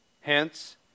Hence